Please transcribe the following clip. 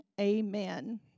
Amen